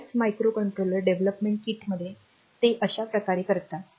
बर्याच microcontroller development किटमध्ये ते अशा प्रकारे करतात